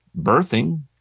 birthing